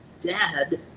Dad